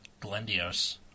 Glendios